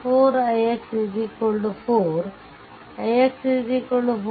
4 ix 4 ix 43